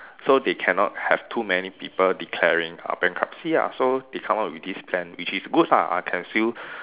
so they cannot have too many people declaring uh bankruptcy ah so they come up with this plan which is good lah I can still